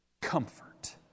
comfort